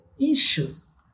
issues